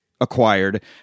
acquired